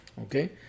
okay